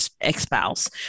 ex-spouse